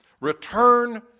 Return